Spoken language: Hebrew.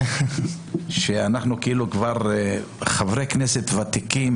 ואנחנו כאילו חברי כנסת ותיקים.